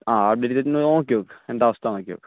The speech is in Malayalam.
ആ അപ്ഡേറ്റ് ചെയ്തൊന്ന് നോക്കിനോക്കൂ എന്താണ് അവസ്ഥയെന്ന് നോക്കിനോക്കൂ